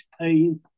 pain